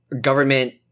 government